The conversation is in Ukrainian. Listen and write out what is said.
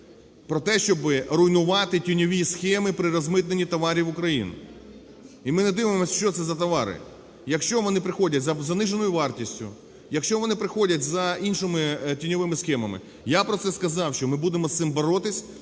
про те, щоб руйнувати тіньові схеми при розмитненні товарів в Україну. І ми не дивимося, що це за товари. Якщо вони приходять за заниженою вартістю, якщо вони приходять за іншими тіньовими схемами, я про це сказав, що ми будемо з цим боротися,